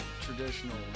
traditional